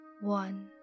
one